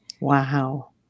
Wow